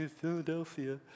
Philadelphia